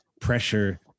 pressure